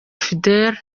fidele